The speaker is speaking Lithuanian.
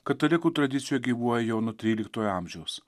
katalikų tradicijoj gyvuoja jau nuo tryliktojo amžiaus